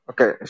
Okay